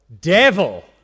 devil